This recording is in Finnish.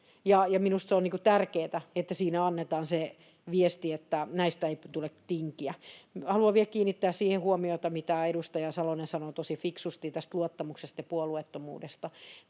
minusta se on tärkeätä, että siinä annetaan se viesti, että näistä ei tule tinkiä. Haluan vielä kiinnittää huomiota siihen, mitä edustaja Salonen sanoi tosi fiksusti tästä luottamuksesta ja puolueettomuudesta.